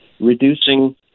reducing